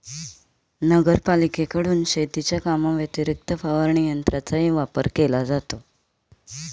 नगरपालिकेकडून शेतीच्या कामाव्यतिरिक्त फवारणी यंत्राचाही वापर केला जातो